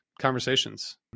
conversations